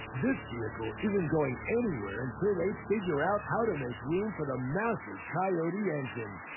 this vehicle isn't going anywhere until they figure out how to make room for the massive coyote engine.